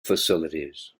facilities